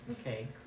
Okay